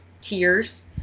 tears